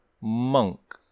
monk